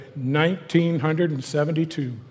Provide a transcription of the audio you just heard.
1972